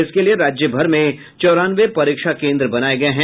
इसके लिए राज्य भर में चौरानवे परीक्षा केन्द्र बनाये गये हैं